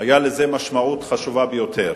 היתה משמעות חשובה ביותר.